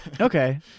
Okay